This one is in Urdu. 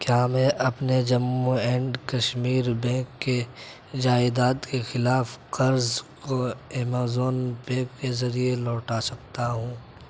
کیا میں اپنے جموں اینڈ کشمیر بینک کے جائیداد کے خلاف قرض کو ایمیزون پے کے ذریعے لوٹا سکتا ہوں